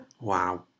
Wow